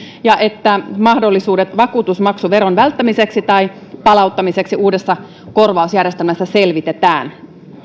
ja että mahdollisuudet vakuutusmaksuveron välttämiseksi tai palauttamiseksi uudessa korvausjärjestelmässä selvitetään